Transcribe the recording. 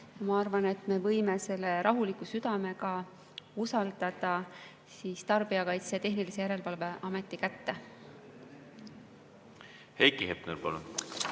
Ma arvan, et me võime selle rahuliku südamega usaldada Tarbijakaitse ja Tehnilise Järelevalve Ameti kätte. Heiki Hepner, palun!